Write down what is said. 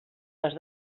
les